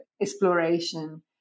exploration